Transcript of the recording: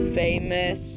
famous